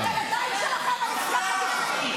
על הידיים שלכם --- החטופים.